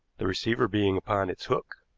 the receiver being upon its hook.